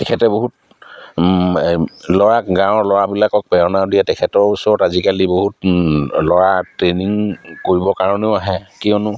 তেখেতে বহুত এই ল'ৰা গাঁৱৰ ল'ৰাবিলাকক প্ৰেৰণা দিয়ে তেখেতৰ ওচৰত আজিকালি বহুত ল'ৰা ট্ৰেইনিং কৰিবৰ কাৰণেও আহে কিয়নো